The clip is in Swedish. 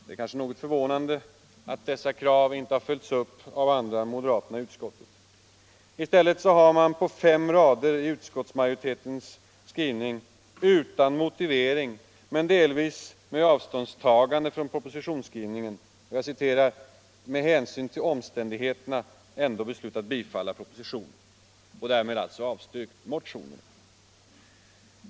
Det är kanske något förvånande att dessa krav inte har följts upp av andra än moderaterna i utskottet. I stället har man på fem rader i utskottsmajoritetens skrivning utan motivering men delvis med avståndstagande från propositionsskrivningen ”med hänsyn till omständigheterna” ändå beslutat tillstyrka propositionen och därmed alltså avstyrkt motionerna.